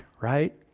right